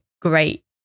great